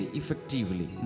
effectively